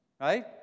right